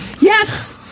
Yes